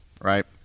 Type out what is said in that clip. right